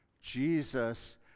Jesus